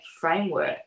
framework